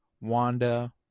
Wanda